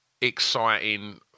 exciting